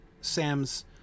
Sam's